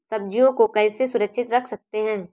सब्जियों को कैसे सुरक्षित रख सकते हैं?